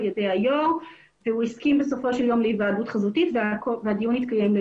ידי היושב ראש והוא הסכים בסופו של יום להיוועדות חזותית והדיון התקיים.